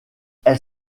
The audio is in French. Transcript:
elle